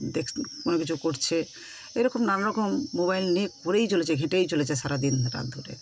text কোনো কিছু করছে এরকম নানারকম মোবাইল নিয়ে করেই চলেছে ঘেঁটেই চলেছে সারা দিনরাত ধরে